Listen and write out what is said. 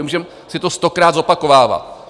Můžeme si to stokrát zopakovávat.